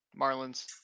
Marlins